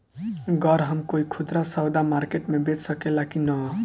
गर हम कोई खुदरा सवदा मारकेट मे बेच सखेला कि न?